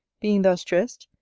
being thus dressed,